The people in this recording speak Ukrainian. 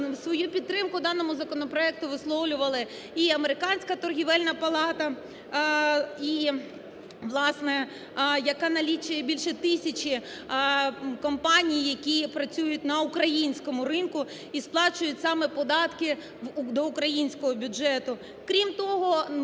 свою підтримку в даному законопроекті висловлювали і Американська торгівельна палата, і, власне, яка налічує більше тисячі компаній, які працюють на українському ринку і сплачують саме податки до українського бюджету.